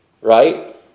Right